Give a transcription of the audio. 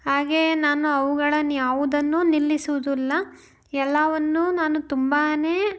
ಹಾಗೆಯೇ ನಾನು ಅವುಗಳನ್ನು ಯಾವುದನ್ನೂ ನಿಲ್ಲಿಸುವ್ದಿಲ್ಲ ಎಲ್ಲವನ್ನೂ ನಾನು ತುಂಬ